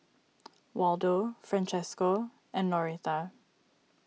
Waldo Francesco and Noreta